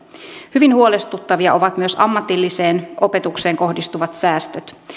hyvin huolestuttavia ovat myös ammatilliseen opetukseen kohdistuvat säästöt